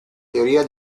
teoria